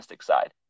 side